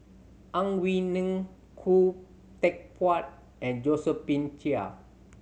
Ang Wei Neng Khoo Teck Puat and Josephine Chia